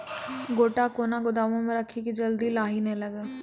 गोटा कैनो गोदाम मे रखी की जल्दी लाही नए लगा?